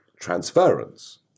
transference